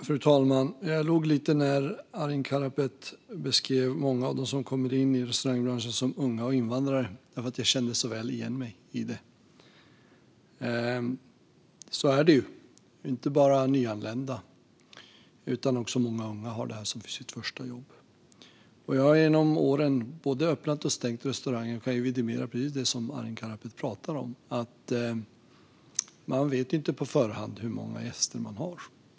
Fru talman! Jag log lite när Arin Karapet beskrev många av dem som kommer in i restaurangbranschen som unga och invandrare eftersom jag kände igen mig så väl i det. Så här är det ju. Det handlar inte bara om nyanlända, utan också många unga har det här som sitt första jobb. Jag har genom åren både öppnat och stängt restauranger och kan vidimera precis det som Arin Karapet pratar om. Man vet inte på förhand hur många gäster man får.